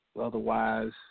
Otherwise